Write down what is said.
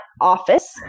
office